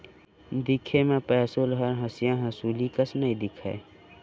दिखे म पौंसुल हर हँसिया हँसुली कस नइ दिखय